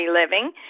Living